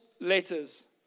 letters